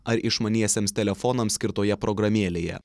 ar išmaniesiems telefonams skirtoje programėlėje